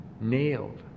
nailed